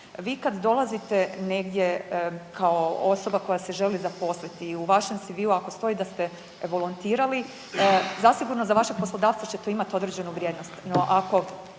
Vi kad dolazite negdje kao osoba koja se želi zaposliti i u vašem CV-u ako stoji da ste volontirali zasigurno za vaše poslodavce će to imati određenu vrijednost.